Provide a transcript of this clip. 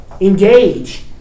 Engage